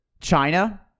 China